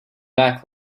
back